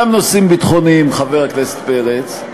גם נושאים ביטחוניים, חבר הכנסת פרץ,